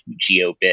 GeoBit